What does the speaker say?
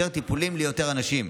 יותר טיפולים ליותר אנשים.